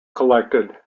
collected